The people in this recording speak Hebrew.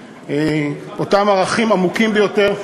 את אותם ערכים עמוקים ביותר,